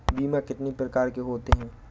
बीमा कितनी प्रकार के होते हैं?